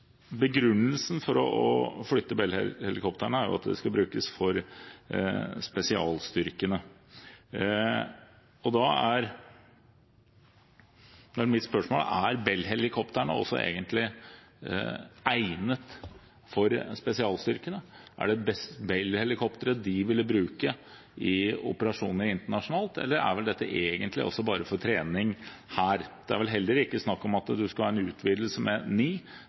Begrunnelsen for å flytte Bell-helikoptrene er at de skal brukes for spesialstyrkene. Da er mitt spørsmål: Er Bell-helikoptrene egentlig egnet for spesialstyrkene? Er det Bell-helikoptrene man ville brukt i operasjoner internasjonalt, eller er dette egentlig bare for trening her? Det er vel heller ikke snakk om at man skal ha en utvidelse med ni,